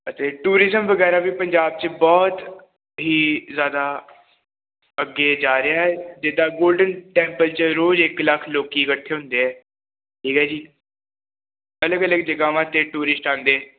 ਅਤੇ ਟੂਰਿਜ਼ਮ ਵਗੈਰਾ ਵੀ ਪੰਜਾਬ 'ਚ ਬਹੁਤ ਹੀ ਜ਼ਿਆਦਾ ਅੱਗੇ ਜਾ ਰਿਹਾ ਹੈ ਜਿੱਦਾਂ ਗੋਲਡਨ ਟੈਂਪਲ 'ਚ ਰੋਜ਼ ਇੱਕ ਲੱਖ ਲੋਕ ਇਕੱਠੇ ਹੁੰਦੇ ਹੈ ਠੀਕ ਹੈ ਜੀ ਅਲਗ ਅਲਗ ਜਗ੍ਹਾਵਾਂ 'ਤੇ ਟੂਰਿਸਟ ਆਉਂਦੇ